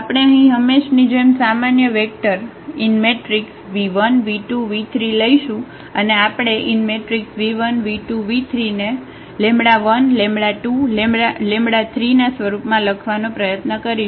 આપણે અહીં હંમેશની જેમ સામાન્ય વેક્ટર v1 v2 v3 લઈશું અને આપણે v1 v2 v3 ને 1 2 3 ના સ્વરૂપમાં લખવાનો પ્રયત્ન કરીશું